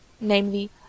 namely